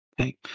Okay